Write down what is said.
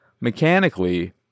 mechanically